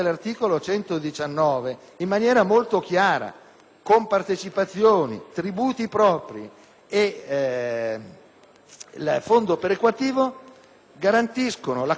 compartecipazioni, tributi propri e fondo perequativo devono garantire la copertura integrale delle funzioni pubbliche